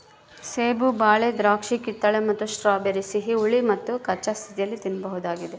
ಸೇಬು ಬಾಳೆ ದ್ರಾಕ್ಷಿಕಿತ್ತಳೆ ಮತ್ತು ಸ್ಟ್ರಾಬೆರಿ ಸಿಹಿ ಹುಳಿ ಮತ್ತುಕಚ್ಚಾ ಸ್ಥಿತಿಯಲ್ಲಿ ತಿನ್ನಬಹುದಾಗ್ಯದ